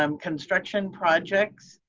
um construction projects